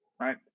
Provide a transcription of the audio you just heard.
right